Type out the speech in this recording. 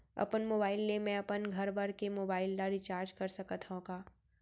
अपन मोबाइल ले मैं अपन घरभर के मोबाइल ला रिचार्ज कर सकत हव का?